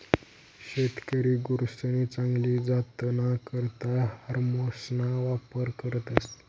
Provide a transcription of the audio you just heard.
शेतकरी गुरसनी चांगली जातना करता हार्मोन्सना वापर करतस